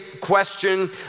question